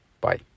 Bye